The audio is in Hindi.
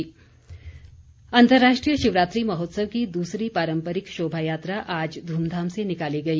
महेंद्र सिंह अंतर्राष्ट्रीय शिवरात्रि महोत्सव की दूसरी पारंपरिक शोभा यात्रा आज धूमधाम से निकाली गई